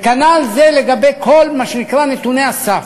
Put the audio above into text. כנ"ל לגבי כל מה שנקרא "נתוני הסף".